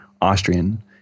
Austrian